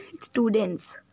students